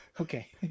Okay